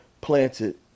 planted